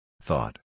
Thought